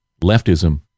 Leftism